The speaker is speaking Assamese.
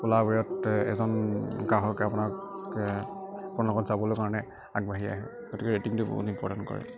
অলা উবেৰত এজন গ্ৰাহকে আপোনাৰ আপোনাৰ লগত যাবলৈ কাৰণে আগবাঢ়ি আহে গতিকে ৰেটিঙটো বহুত ইম্পৰটেণ্ট কৰে